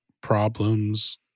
problems